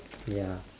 ya